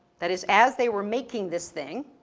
that is as they were making this thing,